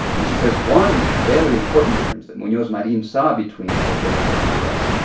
and she says one very important difference that munoz marin saw between puerto rico and the u s.